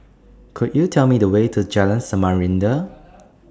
Could YOU Tell Me The Way to Jalan Samarinda